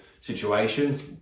situations